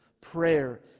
prayer